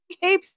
Hey